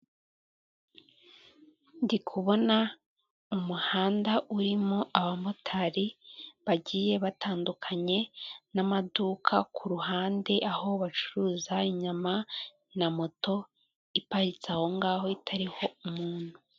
Ndikubona umuhanda urimo abamotari bagiye batandukanye n'amaduka ku ruhande aho bacuruza inyama na moto iparitse ahongaho itariho umuntu.